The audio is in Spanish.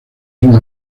una